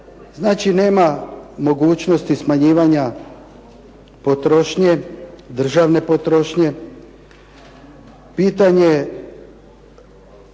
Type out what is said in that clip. znači nema mogućnosti smanjivanja potrošnje, državne potrošnje. Pitanje je